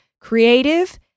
creative